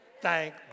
Thank